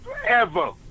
forever